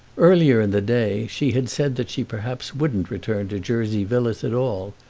earlier in the day she had said that she perhaps wouldn't return to jersey villas at all,